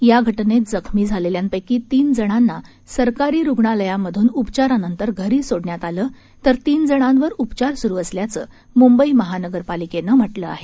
या घटनेत जखमी झालेल्यांपक्षी तीन जणांना सरकारी रुग्णालयामधून उपचारानंतर घरी सोडण्यात आलं तर तीन जणांवर उपचार सुरु असल्याचं मुंबई महानगरपालिकेनं म्हटलं आहे